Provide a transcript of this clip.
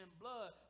blood